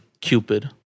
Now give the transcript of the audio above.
Cupid